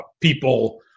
people